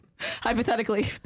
Hypothetically